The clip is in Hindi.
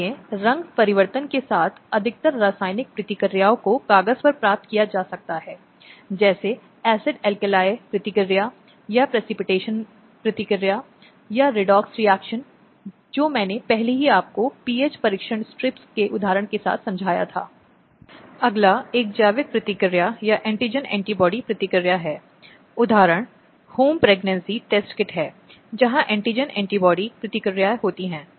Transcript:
इस प्रकार भारतीय दंड संहिता में जिनका उल्लेख किया गया है उनमें विवाह में क्रूरता जिसे हमने धारा 498 ए के संदर्भ में कहा है कि जब महिलाएं घरेलू घर या घरेलू गृहस्थी में होती हैं तो वह पति द्वारा क्रूरता या उत्पीड़न का शिकार होती है